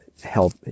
help